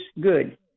good